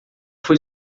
fui